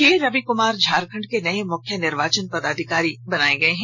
के रविकमार झारखंड के नए मुख्य निर्वाचन पदाधिकारी बनाए गए हैं